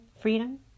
freedom